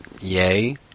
yay